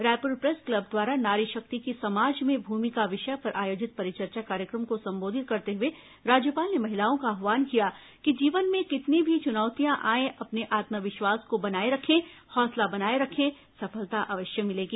Raipur press club द्वारा नारी शक्ति की समाज में भूमिका विषय पर आयोजित परिचर्चा कार्यक्रम को संबोधित करते हुए राज्यपाल ने महिलाओं का आव्हान किया कि जीवन में कितनी भी चुनौतियां आएं अपने आत्मविश्वास को बनाए रखें हौसला बनाए रखें सफलता अवश्य मिलेगी